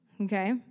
okay